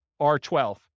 R12